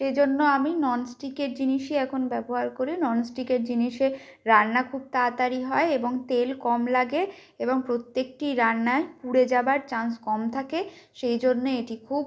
সেই জন্য আমি নন স্টিকের জিনিসই এখন ব্যবহার করি নন স্টিকের জিনিসে রান্না খুব তাতাড়ি হয় এবং তেল কম লাগে এবং প্রত্যেকটি রান্নায় পুড়ে যাওয়ার চান্স কম থাকে সেই জন্য এটি খুব